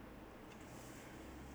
hopefully I guess